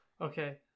okay